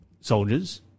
soldiers